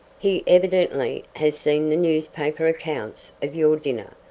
he evidently has seen the newspaper accounts of your dinner,